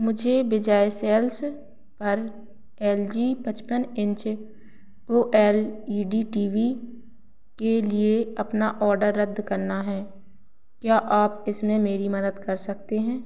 मुझे विजय सेल्स पर L G पचपन inch O L E D T V के लिए अपना ऑर्डर रद्द करना है क्या आप इसमें मेरी मदद कर सकते हैं